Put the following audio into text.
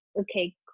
Okay